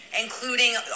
including